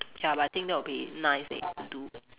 ya but I think that would be nice leh to do